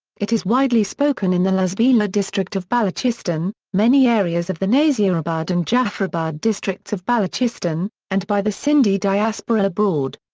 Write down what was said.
it is widely spoken in the lasbela district of balochistan, many areas of the naseerabad and jafarabad districts of balochistan, and by the sindhi diaspora abroad.